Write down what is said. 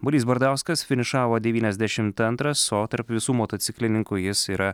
balys bardauskas finišavo devyniasdešimt antras o tarp visų motociklininkų jis yra